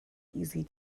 easy